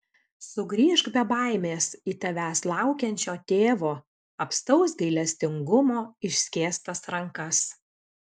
sugrįžk be baimės į tavęs laukiančio tėvo apstaus gailestingumo išskėstas rankas